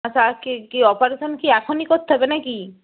আচ্ছা আর কে কী অপারেশান কি এখনই করতে হবে না কি